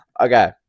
Okay